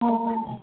हा